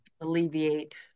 alleviate